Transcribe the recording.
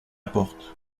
porte